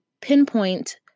pinpoint